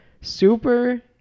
super